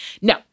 no